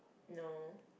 no